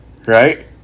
right